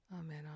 amen